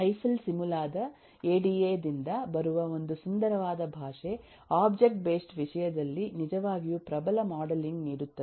Eiffel ಸಿಮುಲಾದ ADA ದಿಂದ ಬರುವ ಒಂದು ಸುಂದರವಾದ ಭಾಷೆ ಒಬ್ಜೆಕ್ಟ್ ಬೇಸ್ಡ್ ವಿಷಯದಲ್ಲಿ ನಿಜವಾಗಿಯೂ ಪ್ರಬಲ ಮಾಡೆಲಿಂಗ್ ನೀಡುತ್ತದೆ